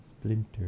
Splinter